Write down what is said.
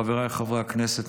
חבריי חברי הכנסת,